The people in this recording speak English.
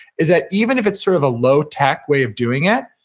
is that even if it's sort of a low-tech way of doing it,